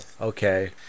Okay